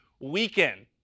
weekend